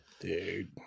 Dude